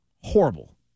Horrible